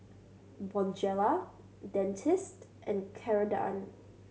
Bonjela Dentiste and Ceradan